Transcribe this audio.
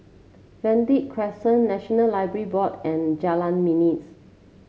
Verde Crescent National Library Board and Jalan Manis